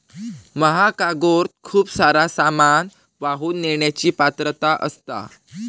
महाकार्गोत खूप सारा सामान वाहून नेण्याची पात्रता असता